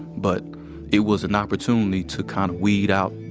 but it was an opportunity to kind of weed out,